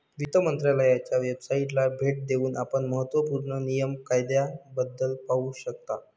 वित्त मंत्रालयाच्या वेबसाइटला भेट देऊन आपण महत्त्व पूर्ण नियम कायद्याबद्दल पाहू शकता